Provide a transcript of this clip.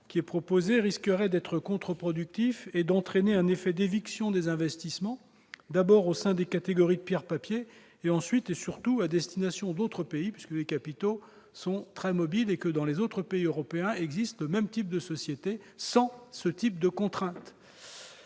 dispositif proposé risquerait d'être contre-productif et d'entraîner un effet d'éviction des investissements, d'abord au sein des catégories de « pierre-papier », ensuite et surtout à destination d'autres pays- les capitaux, en effet, sont très mobiles ; or il existe, dans les autres pays européens, le même type de sociétés, mais pas le même type de contraintes.